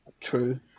True